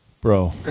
Bro